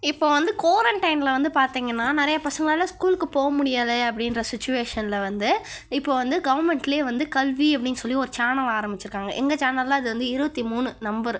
இப்போ வந்து கோரன்டைனில் வந்து பார்த்தீங்கனா நிறையா பசங்களால் ஸ்கூலுக்கு போக முடியாது அப்படின்ற சிச்சுவேஷனில் வந்து இப்போது வந்து கவர்மெண்ட்டில் வந்து கல்வி அப்படினு சொல்லி ஒரு சேனல் ஆரம்பிச்சிருக்காங்க எங்கள் சேனலில் அது வந்து இருபத்தி மூணு நம்பரு